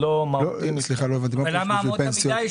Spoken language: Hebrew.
סליחה, לא הבנתי, מה פירוש פנסיות?